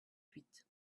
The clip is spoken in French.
huit